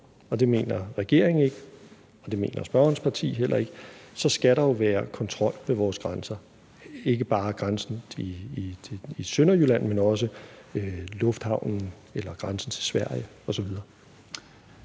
og det mener regeringen ikke, og det mener spørgerens parti heller ikke – så skal der jo være kontrol ved vores grænser, ikke bare grænsen i Sønderjylland, men også i lufthavnen eller grænsen til Sverige osv.